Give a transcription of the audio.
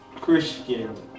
Christian